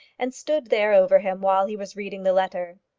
and stood there over him while he was reading the letter.